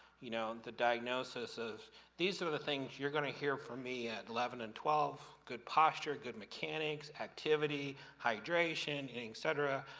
you know, the diagnosis of these are the things you're gonna hear from me at eleven and twelve good posture, good mechanics, activity, hydration, etc.